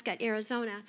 Arizona